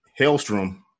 Hailstrom